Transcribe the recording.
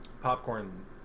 popcorn